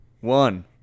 one